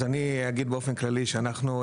אז אני אגיד באופן כללי שאנחנו,